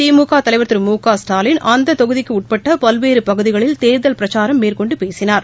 திமுகதலைவர் திரு மு க ஸ்டாலின் அநததொகுதிக்குஉட்பட்டபல்வேறுபகுதிகளில் தேர்தல் பிரச்சாரம் மேற்கொண்டுபேசினார்